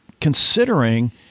considering